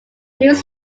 news